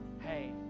hey